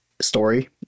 story